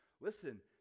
Listen